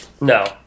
No